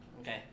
okay